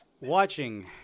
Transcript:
watching